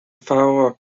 father